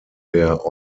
der